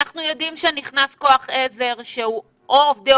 אנחנו יודעים שנכנס כוח עזר שהוא או עובדי